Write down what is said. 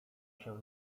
się